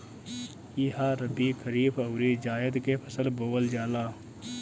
इहा रबी, खरीफ अउरी जायद के फसल बोअल जाला